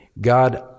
God